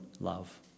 love